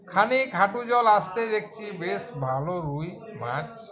খানিক হাঁটু জল আসতে দেখছি বেশ ভালো রুই মাছ